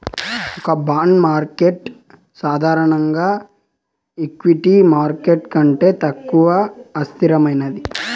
ఒక bond market సాధారణంగా equity market కంటే తక్కువ అస్థిరమైనది